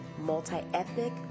multi-ethnic